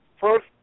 First